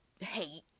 hate